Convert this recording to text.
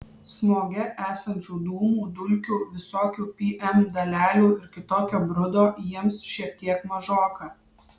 smoge esančių dūmų dulkių visokių pm dalelių ir kitokio brudo jiems šiek tiek mažoka